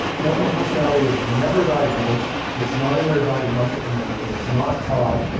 multiple personality is never diagnosed, it's not in their diagnostic manual, it's not taught,